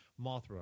Mothra